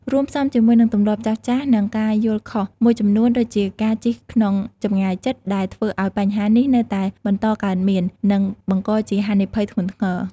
រួមផ្សំជាមួយនឹងទម្លាប់ចាស់ៗ និងការយល់ខុសមួយចំនួនដូចជាការជិះក្នុងចម្ងាយជិត ដែលធ្វើឱ្យបញ្ហានេះនៅតែបន្តកើតមាន និងបង្កជាហានិភ័យធ្ងន់ធ្ងរ។